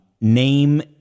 name